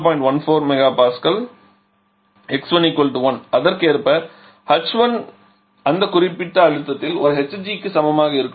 14 MPa x1 1 அதற்கேற்ப h1 என்பது அந்த குறிப்பிட்ட அழுத்தத்தில் ஒரு hg க்கு சமமாக இருக்கும் அதாவது